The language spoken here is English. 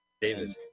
David